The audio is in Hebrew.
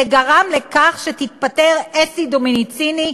שהוא גרם לכך שתתפטר אסתר דומיניסיני,